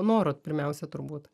noro pirmiausia turbūt